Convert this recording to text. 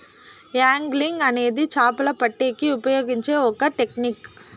angling అనేది చాపలు పట్టేకి ఉపయోగించే ఒక టెక్నిక్